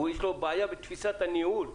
יש לו בעיה בתפיסת הניהול שלו.